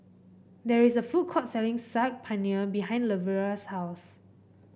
there is a food court selling Saag Paneer behind Lavera's house